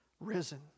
risen